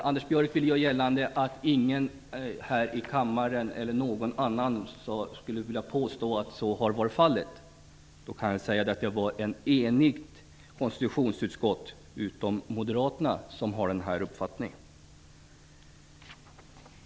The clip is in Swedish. Anders Björck ville göra gällande att ingen här i kammaren eller någon annan skulle vilja påstå att så har varit fallet. Då kan jag säga att det är ett enigt konstitutionsutskott, utom moderaterna, som har den här uppfattningen.